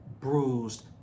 bruised